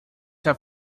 have